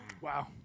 Wow